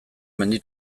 mendi